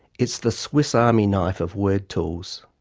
it's the swiss army knife of word tools.